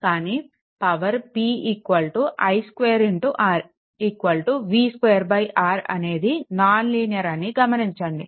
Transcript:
కానీ power P i2R V2R అనేది non linear అని గమనించండి